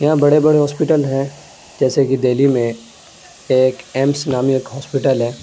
یہاں بڑے بڑے ہاسپٹل ہیں جیسے کہ دہلی میں ایک ایمس نامی ایک ہاسپیٹل ہے